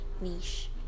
Niche